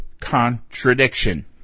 contradiction